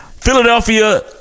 Philadelphia